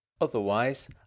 otherwise